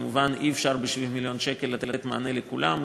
ומובן שאי-אפשר ב-70 מיליון שקל לתת מענה לכולם,